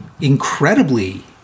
incredibly